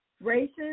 races